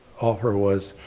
offer was,